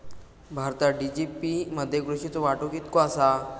भारतात जी.डी.पी मध्ये कृषीचो वाटो कितको आसा?